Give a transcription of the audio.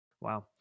wow